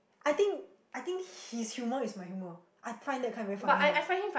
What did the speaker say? I think I think his humor is my humor I find that kind very funny